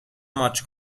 ماچ